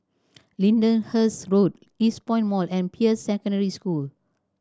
Lyndhurst Road Eastpoint Mall and Peirce Secondary School